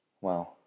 Wow